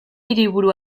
hiriburu